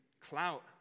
clout